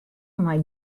mei